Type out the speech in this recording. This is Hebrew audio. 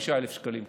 75,000 שקלים קנס,